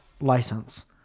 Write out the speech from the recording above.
license